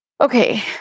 Okay